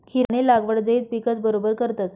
खीरानी लागवड झैद पिकस बरोबर करतस